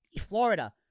Florida